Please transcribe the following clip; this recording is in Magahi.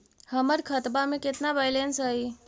हमर खतबा में केतना बैलेंस हई?